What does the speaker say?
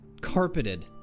carpeted